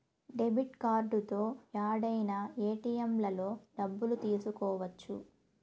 debit కార్డుతో యాడైనా ఏటిఎంలలో డబ్బులు తీసుకోవచ్చు